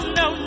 no